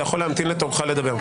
אתה יכול להמתין לתורך לדבר.